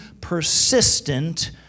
persistent